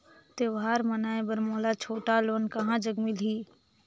त्योहार मनाए बर मोला छोटा लोन कहां जग मिलही?